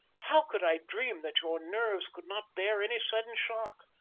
how could i dream that your nerves could not bear any sudden shock?